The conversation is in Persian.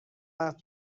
وقته